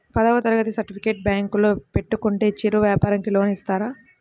పదవ తరగతి సర్టిఫికేట్ బ్యాంకులో పెట్టుకుంటే చిరు వ్యాపారంకి లోన్ ఇస్తారా?